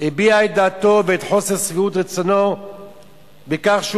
הביע את דעתו ואת חוסר שביעות רצונו בכך שהוא